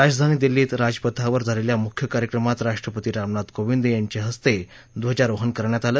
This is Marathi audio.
राजधानी दिल्लीत राजपथावर झालेल्या मुख्य कार्यक्रमात राष्ट्रपती रामनाथ कोविंद यांच्याहस्ते ध्वजारोहण करण्यात आलं